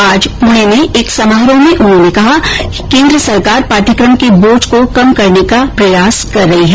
आज पुणे में एक समारोह में उन्होंने कहा कि केन्द्र सरकार पाठ्यक्रम के बोझ को कम करने का प्रयास कर रही है